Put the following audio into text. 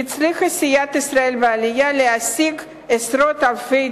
הצליחה סיעת ישראל בעלייה להשיג עשרות אלפי